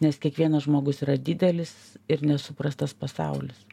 nes kiekvienas žmogus yra didelis ir nesuprastas pasaulis